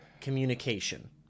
communication